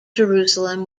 jerusalem